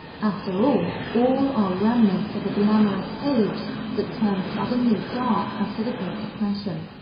after all, all are remnants of a glamorous age that turned suddenly dark after the great depression.